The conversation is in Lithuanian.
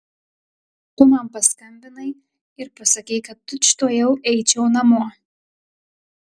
tu man paskambinai ir pasakei kad tučtuojau eičiau namo